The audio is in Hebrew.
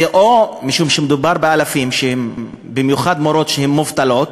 משום שמדובר באלפים, במיוחד מורות, שהן מובטלות,